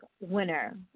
winner